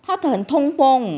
orh 这样说还是很他是很好